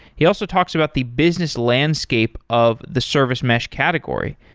he also talks about the business landscape of the service mesh category,